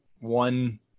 one